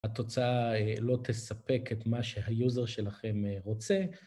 התוצאה לא תספק את מה שהיוזר שלכם רוצה.